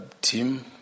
team